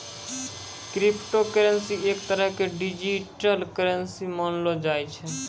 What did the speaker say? crypto currency एक तरह के डिजिटल करन्सी मानलो जाय छै